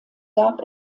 gab